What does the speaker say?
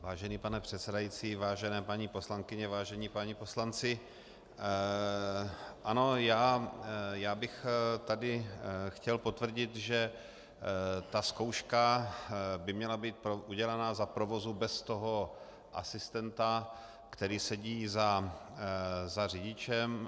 Vážený pane předsedající, vážené paní poslankyně, vážení páni poslanci, ano, já bych tady chtěl potvrdit, že ta zkouška by měla být udělaná za provozu bez asistenta, který sedí za řidičem.